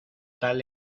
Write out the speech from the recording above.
tal